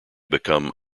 become